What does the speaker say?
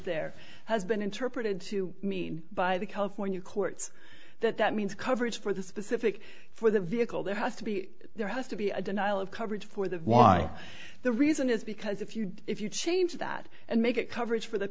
there has been interpreted to mean by the california courts that that means coverage for the specific for the vehicle there has to be there has to be a denial of coverage for the why the reason is because if you if you change that and make it coverage for th